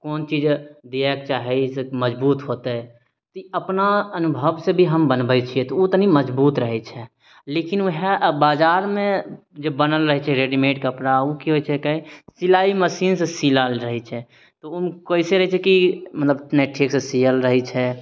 कोन चीज दियके चाही जाहिसऽ मजबूत होतै तऽ ई अपना अनुभवसँ भी हम बनबै छियै तऽ ओ तनि मजबूत रहै छै लेकिन ओहाए आब बजारमे जे बनल रहै छै रेडिमेड कपड़ा ओ कि होइ छै सिलाइ मशीन सँ सिलाएल रहै छै तऽ ओ कैसे रहै छै की मतलब नहि ठीक सँ सीयल रहै छै